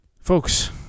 Folks